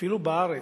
אפילו בארץ,